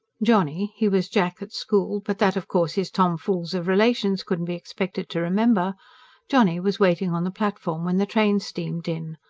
johnny he was jack at school, but that, of course, his tomfools of relations couldn't be expected to remember johnny was waiting on the platform when the train steamed in.